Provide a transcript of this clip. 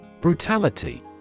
BRUTALITY